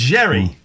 Jerry